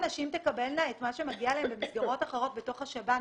אם הנשים תקבלנה את מה שמגיע להן במסגרות אחרות בתוך השב"ן,